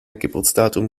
geburtsdatum